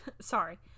sorry